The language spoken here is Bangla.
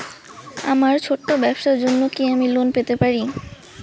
আমার ছোট্ট ব্যাবসার জন্য কি আমি লোন পেতে পারি?